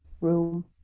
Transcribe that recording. room